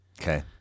Okay